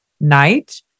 night